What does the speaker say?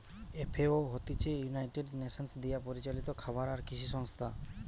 FAO হতিছে United Nations দিয়া পরিচালিত খাবার আর কৃষি সংস্থা